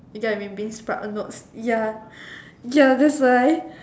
you get what I mean beansprout notes ya ya that's why